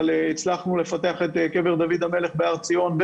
אבל הצלחנו לפתח את קבר דוד המלך בהר ציון,